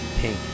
Pink